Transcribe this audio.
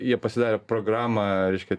jie pasidarė programą reiškia